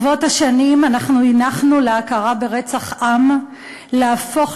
ברבות השנים אנחנו הנחנו להכרה ברצח עם להפוך